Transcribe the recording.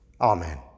Amen